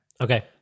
Okay